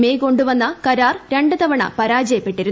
may കൊണ്ടുവന്ന കരാർ രണ്ട് തവണ പരാജയപ്പെട്ടിരുന്നു